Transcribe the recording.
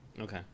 Okay